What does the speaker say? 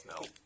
no